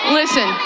listen